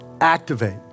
activate